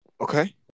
Okay